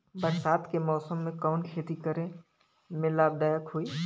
बरसात के मौसम में कवन खेती करे में लाभदायक होयी?